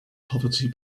poverty